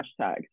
hashtags